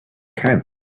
can